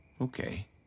okay